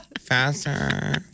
faster